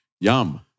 Yum